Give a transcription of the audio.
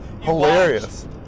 hilarious